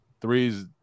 threes